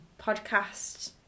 podcast